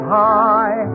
high